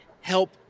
help